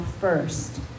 first